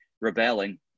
rebelling